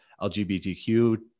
LGBTQ